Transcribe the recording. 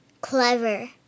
Clever